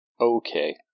Okay